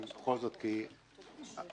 אני חושב